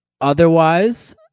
otherwise